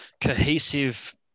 cohesive